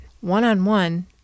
One-on-one